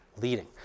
leading